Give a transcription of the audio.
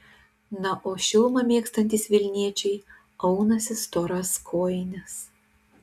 na o šilumą mėgstantys vilniečiai aunasi storas kojines